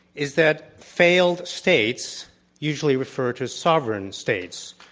is that failed states usually refer to sovereign states.